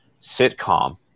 sitcom